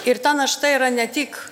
ir ta našta yra ne tik